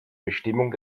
bestimmung